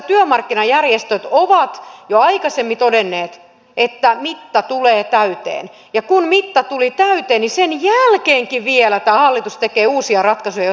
työmarkkinajärjestöt ovat jo aikaisemmin todenneet että mitta tulee täyteen ja kun mitta tuli täyteen niin sen jälkeenkin vielä tämä hallitus tekee uusia ratkaisuja jotka vaarantavat kilpailukykysopimuksen